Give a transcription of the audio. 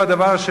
הוא הדבר,